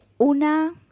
una